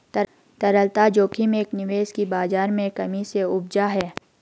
तरलता जोखिम एक निवेश की बाज़ार में कमी से उपजा है